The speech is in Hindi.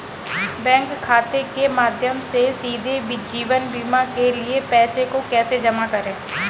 बैंक खाते के माध्यम से सीधे जीवन बीमा के लिए पैसे को कैसे जमा करें?